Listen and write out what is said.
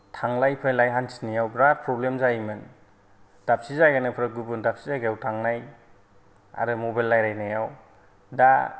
थांलाय फैलाय हान्थिनायाव बिराद प्रब्लेम जायोमोन दाबसे जायगानिफ्राय गुबुन दाबसे जायगायाव थांनाय आरो मबाइल रायलायनायाव दा